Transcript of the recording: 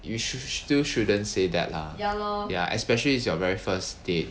you should still shouldn't say that lah ya especially is your very first date